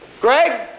Greg